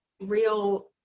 real